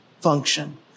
function